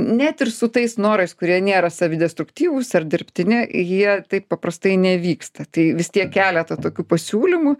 net ir su tais norais kurie nėra savi destruktyvūs ar dirbtini jie taip paprastai nevyksta tai vis tiek keletą tokių pasiūlymų